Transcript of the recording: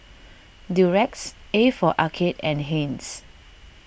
Durex A for Arcade and Heinz